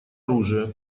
оружия